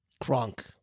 Kronk